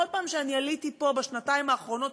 בכל פעם שאני עליתי פה בשנתיים האחרונות,